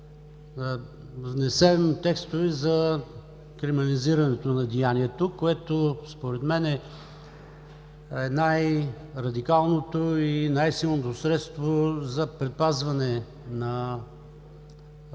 внесем текстове за криминализирането на деянието, което според мен е най-радикалното и най-силното средство за предпазване на обществото